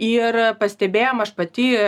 ir pastebėjom aš pati